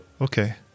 Okay